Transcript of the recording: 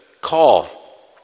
call